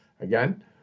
Again